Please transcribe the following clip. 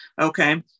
Okay